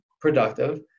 productive